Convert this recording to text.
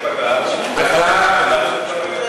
זה לא בסדר.